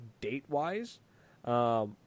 date-wise